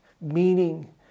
Meaning